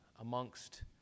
amongst